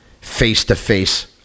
face-to-face